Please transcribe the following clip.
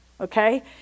okay